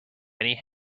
many